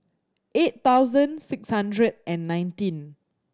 eight thousand six hundred and nineteen